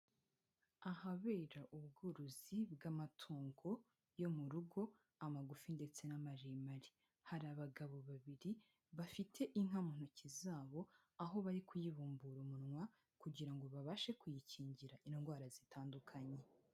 Ahabera ubworozi bw'amatungo yo mu rugo amagufi ndetse 'n'amaremare. Hari abagabo babiri bafite inka mu ntoki zabo aho bari kuyibumbura umunwa kugira ngo babashe kuyikingira indwara zitandukanye.